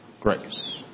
grace